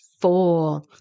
four